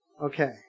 Okay